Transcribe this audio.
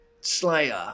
Slayer